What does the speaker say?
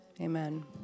amen